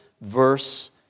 verse